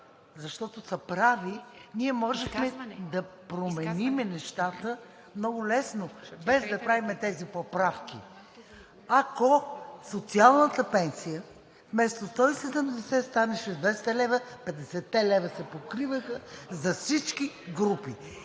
защото са прави, ние можехме да променим нещата много лесно, без да правим тези поправки, ако социалната пенсия вместо 170 станеше 200 лв. – 50-те лв. се покриваха за всички групи,